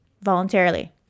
voluntarily